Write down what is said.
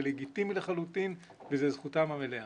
זה לגיטימי לחלוטין וזו זכותם המלאה.